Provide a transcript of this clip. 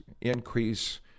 increase